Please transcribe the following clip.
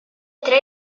tre